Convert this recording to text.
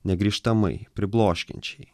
negrįžtamai pribloškiančiai